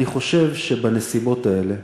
אני חושב שבנסיבות האלה,